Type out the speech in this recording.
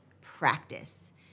practice